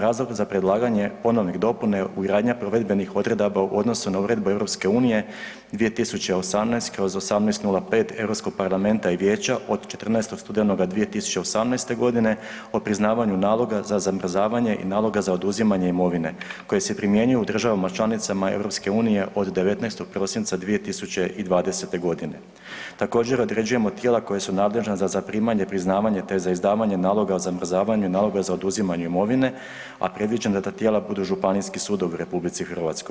Razlog za predlaganje ponovnih dopuna je ugradnja provedbenih odredaba u odnosu na Uredbu EU 2018/1805 Europskog parlamenta i Vijeća od 14. studenoga 2018.g. o priznavanju naloga za zamrzavanje i naloga za oduzimanja imovine koje se primjenjuje u državama članicama EU od 19. prosinca 2020.g. Također određujemo tijela koja su nadležna za zaprimanje, priznavanje, te za izdavanje naloga o zamrzavanju i naloga za oduzimanje imovine, a predviđena tijela da budu županijski sudovi u RH.